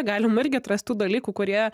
galim irgi atrast tų dalykų kurie